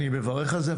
אני מברך על זה,